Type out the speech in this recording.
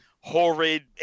horrid